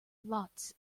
lots